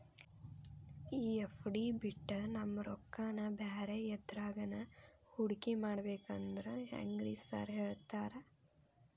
ಈ ಎಫ್.ಡಿ ಬಿಟ್ ನಮ್ ರೊಕ್ಕನಾ ಬ್ಯಾರೆ ಎದ್ರಾಗಾನ ಹೂಡಿಕೆ ಮಾಡಬೇಕಂದ್ರೆ ಹೆಂಗ್ರಿ ಸಾರ್ ಹೇಳ್ತೇರಾ?